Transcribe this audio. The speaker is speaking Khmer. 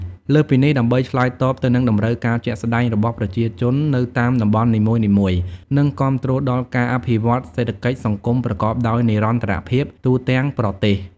លើសពីនេះ ដើម្បីឆ្លើយតបទៅនឹងតម្រូវការជាក់ស្ដែងរបស់ប្រជាជននៅតាមតំបន់នីមួយៗ និងគាំទ្រដល់ការអភិវឌ្ឍសេដ្ឋកិច្ចសង្គមប្រកបដោយនិរន្តរភាពទូទាំងប្រទេស។